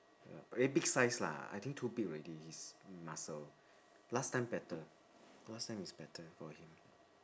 ya very big size lah I think too big already his muscle last time better last time is better for him